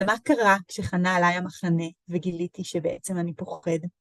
ומה קרה כשחנה עליי המחנה וגיליתי שבעצם אני פוחד?